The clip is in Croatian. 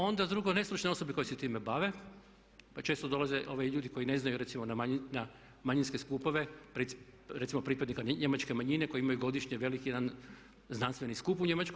Onda drugo nestručne osobe koje se time bave, pa često dolaze ljudi koji ne znaju recimo na manjinske skupove, recimo pripadnika njemačke manjine koji imaju godišnje veliki jedan znanstveni skup u Njemačkoj.